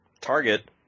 target